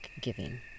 giving